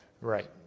Right